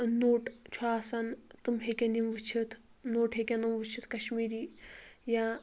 نوٚٹ چھُ آسان تِم ہیٚکن یِم وُچھتھ نوٚٹ ہیِٚکن وُچھتھ کشمیٖری یا